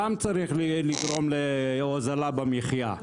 שם צריך לגרום להוזלה במחיה.